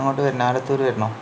അങ്ങോട്ട് വരണോ ആലത്തൂര് വരണോ